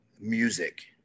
music